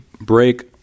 break